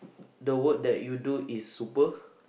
the work that you do is super